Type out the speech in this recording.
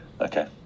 Okay